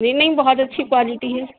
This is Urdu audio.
نہیں نہیں بہت اچھی کوالٹی ہے